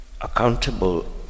accountable